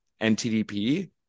NTDP